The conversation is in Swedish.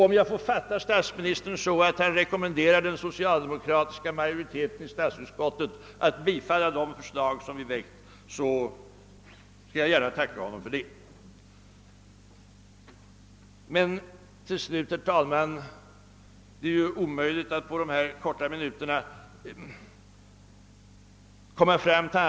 Om jag får fatta statsministern så, att han rekommenderar den socialdemokratiska majoriteten i statsutskottet att tillstyrka de förslag som vi nu framlagt, vill jag gärna tacka honom för det. Herr talman! Det är omöjligt att på dessa få minuter framföra annat än några korta sentenser.